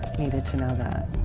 needed to know that.